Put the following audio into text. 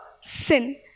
sin